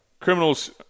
criminals